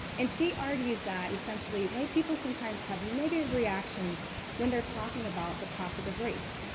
and she argues that essentially white people sometimes have negative reactions when they're talking about the topic of race.